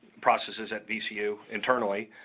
processes at vcu internally.